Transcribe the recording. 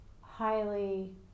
highly